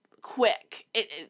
quick